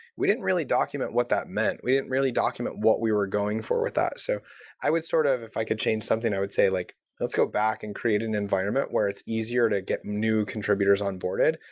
we didn't really document what that meant. we didn't really document what we were going for with that. so i would sort of, if i could change something, i would say, like let's go back and create an environment where it's easier to get new contributors on boarded,